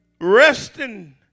resting